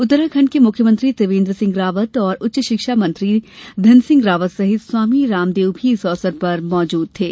उत्तराखंड के मुख्यमंत्री त्रिवेन्द्र सिंह रावत और उच्च शिक्षा मंत्री धन सिंह रावत सहित स्वामी रामदेव भी इस अवसर पर मौजूद थे